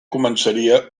començaria